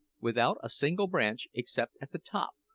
without a single branch except at the top,